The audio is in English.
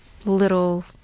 Little